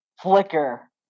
flicker